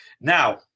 Now